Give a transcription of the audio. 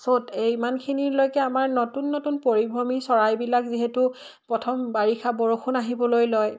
চ'ত এইমানখিনিলৈকে আমাৰ নতুন নতুন পৰিভ্ৰমী চৰাইবিলাক যিহেতু প্ৰথম বাৰিষা বৰষুণ আহিবলৈ লয়